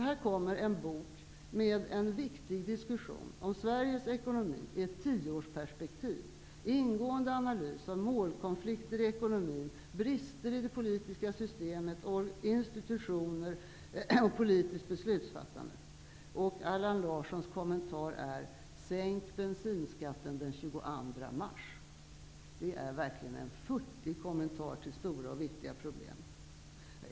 Här kommer en bok med en viktig diskussion om Sveriges ekonomi i ett tioårsperspektiv och med en ingående analys av målkonflikter i ekonomin och av brister i institutioner och politiskt beslutsfattande. Allan Larssons kommentar är: ''Sänk bensinskatten den 22 mars.'' Det är verkligen en futtig kommentar till stora och viktiga problem.